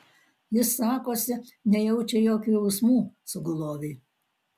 jis sakosi nejaučia jokių jausmų sugulovei